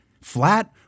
flat